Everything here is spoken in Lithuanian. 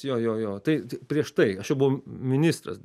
jo jo jo tai prieš tai aš jau buvau ministras